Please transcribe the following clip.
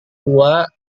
tua